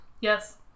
Yes